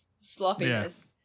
sloppiness